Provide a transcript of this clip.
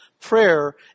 prayer